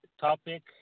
topic